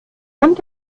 und